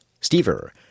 Stever